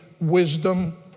wisdom